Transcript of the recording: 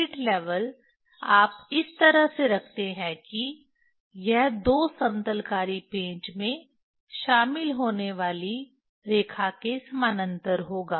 spirit level आप इस तरह से रखते हैं कि यह दो समतलकारी पेंच में शामिल होने वाली रेखा के समानांतर होगा